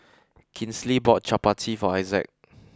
Kinsley bought Chappati for Isaac